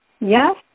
Yes